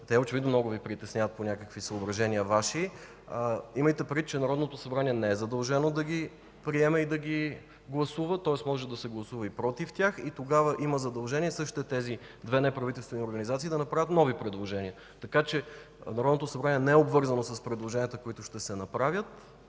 очевидно много Ви притесняват по някакви Ваши съображения, имайте предвид, че Народното събрание не е задължено да ги приеме и да ги гласува. Тоест може да се гласува и против тях и тогава има задължение същите тези две неправителствени организации да направят нови предложения. Така че Народното събрание не е обвързано с предложенията, които ще се направят.